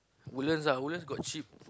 Woodlands ah Woodlands got cheap